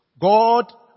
God